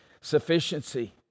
sufficiency